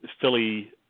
Philly